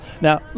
Now